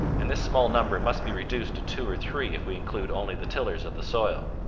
and this small number must be reduced to two or three if we include only the tillers of the soil.